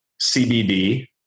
CBD